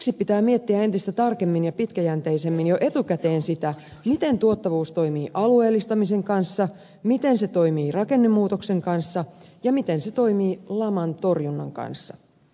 siksi pitää miettiä entistä tarkemmin ja pitkäjänteisemmin jo etukäteen sitä miten tuottavuus toimii alueellistamisen kanssa miten se toimii rakennemuutoksen kanssa ja miten se toimii laman torjunnan kanssa